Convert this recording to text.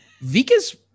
Vika's